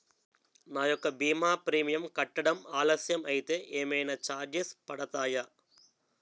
నా యెక్క భీమా ప్రీమియం కట్టడం ఆలస్యం అయితే ఏమైనా చార్జెస్ పడతాయా?